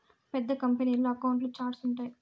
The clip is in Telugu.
పెద్ద కంపెనీల్లో అకౌంట్ల ఛార్ట్స్ ఉంటాయి